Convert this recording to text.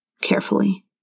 carefully